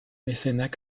mécénat